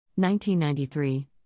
1993